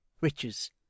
Riches